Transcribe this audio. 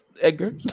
Edgar